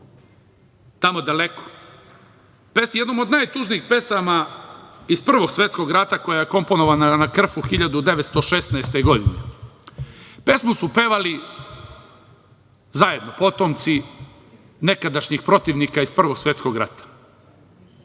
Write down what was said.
Tamo daleko, jednom od najtužnijih pesama iz Prvog svetskog rata, koja je komponovana na Krfu 1916. godine. Pesmu su pevali zajedno potomci nekadašnjih protivnika iz Prvog svetskog rata.